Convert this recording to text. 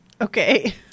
Okay